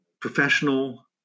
professional